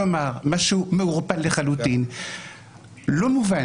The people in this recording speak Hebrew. כלומר, משהו מעורפל לחלוטין, לא מובן.